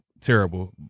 terrible